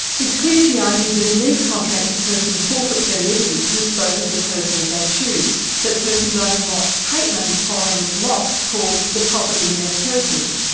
it's clear, she argues, that in these contracts, a person forfeits their liberty to dispose of their person as they choose. that person's own what pateman, following locke, calls the property in their persons.